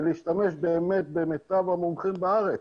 ולהשתמש במיטב המומחים בארץ.